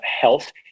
health